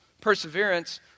perseverance